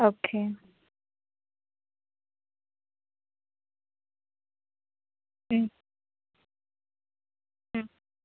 okay